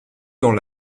dans